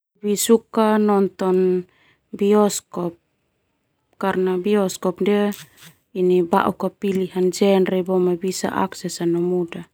Suka nonton bioskop karna bioskop ndia pilihan genre boma bisa akses no mudah.